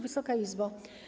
Wysoka Izbo!